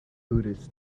buddhists